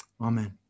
Amen